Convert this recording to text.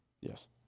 Yes